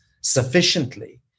sufficiently